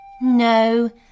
No